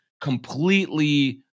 completely